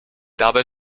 dabei